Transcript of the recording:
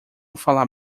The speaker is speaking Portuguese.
falar